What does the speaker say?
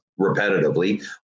repetitively